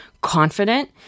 confident